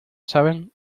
saben